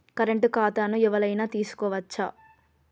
Current ఖాతాను ఎవలైనా తీసుకోవచ్చా?